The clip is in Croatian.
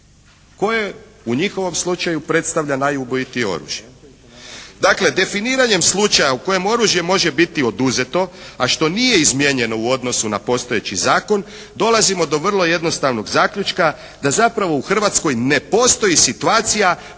koje u njihovom slučaju predstavlja najubojitije oružje. Dakle, definiranjem slučaja u kojem oružje može biti oduzeto a što nije izmijenjeno u odnosu na postojeći zakon dolazimo do vrlo jednostavnog zaključka da zapravo u Hrvatskoj ne postoji situacija